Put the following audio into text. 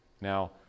Now